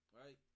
right